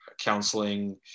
counseling